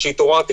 כשהתעוררתי,